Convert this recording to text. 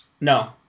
No